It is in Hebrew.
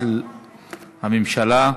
של הממשלה.